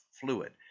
fluid